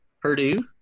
Purdue